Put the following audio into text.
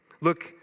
Look